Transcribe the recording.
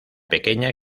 pequeña